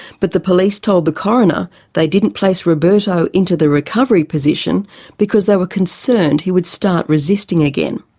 but the police told the coroner they didn't place roberto into the recovery position because they were concerned he would start resisting again.